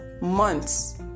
months